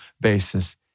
basis